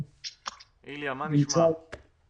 מזמן לא ראינו אותך.